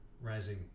Rising